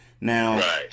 Now